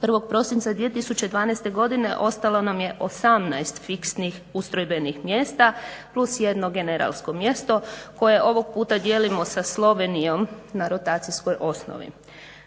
1.prosinca 2012.godine ostalo nam je 18 fiksnih ustrojbenih mjesta plus jedno generalsko mjesto koje ovog puta dijelimo sa Slovenijom na rotacijskoj osnovi.